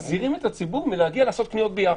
מזהירים את הציבור מלהגיע לעשות קניות בירכא.